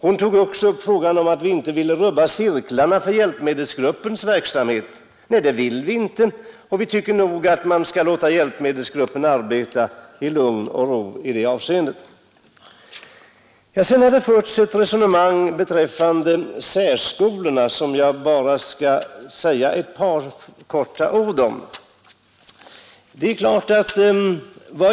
Hon tog också upp frågan om att vi inte ville rubba cirklarna för hjälpmedelsgruppens verksamhet. Nej, det vill vi inte. Vi tycker att man skall låta hjälpmedelsgruppen arbeta i lugn och ro. Sedan har det förts ett resonemang beträffande särskolorna, som jag bara skall säga ett par ord om.